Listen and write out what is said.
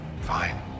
Fine